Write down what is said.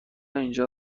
اینجا